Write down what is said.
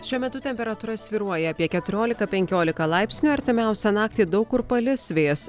šiuo metu temperatūra svyruoja apie keturiolika penkiolika laipsnių artimiausią naktį daug kur palis vėjas